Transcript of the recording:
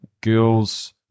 Girls